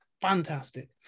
fantastic